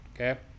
okay